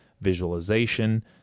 visualization